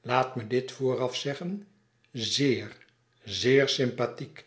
laat me dit vooraf zeggen zéer zéer sympathiek